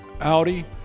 Audi